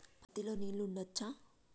పత్తి లో నీళ్లు ఉంచచ్చా?